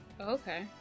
Okay